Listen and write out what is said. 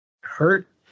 hurt